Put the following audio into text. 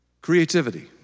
creativity